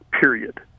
period